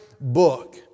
book